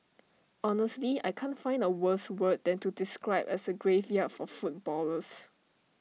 honestly I can't find A worse word than to describe as A graveyard for footballers